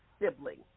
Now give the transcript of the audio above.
sibling